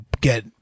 get